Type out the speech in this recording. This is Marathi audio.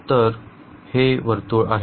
तर हे वर्तुळ आहे